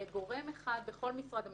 יהיה גורם אחד בכל משרד.